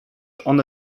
one